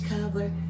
cobbler